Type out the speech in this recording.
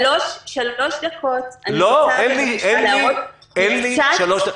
שלוש דקות -- לא, אין לי שלוש דקות.